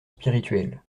spirituel